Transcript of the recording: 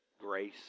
grace